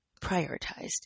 prioritized